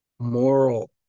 moral